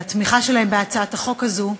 על התמיכה שלהם בהצעת החוק הזו,